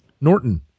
Norton